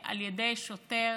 על ידי שוטר